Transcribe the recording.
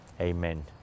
Amen